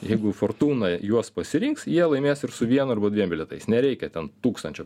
jeigu fortūna juos pasirinks jie laimės ir su vienu arba dviem bilietais nereikia ten tūkstančio